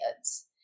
kids